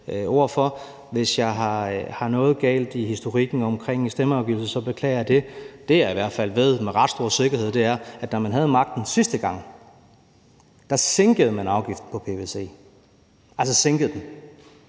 Hvis der er noget galt i min historik om stemmeafgivelsen, beklager jeg det. Det, jeg i hvert fald ved med ret stor sikkerhed, er, at da man havde magten sidste gang, sænkede man afgiften på pvc. Altså, man sænkede den,